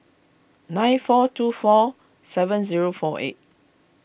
nine four two four seven zero four eight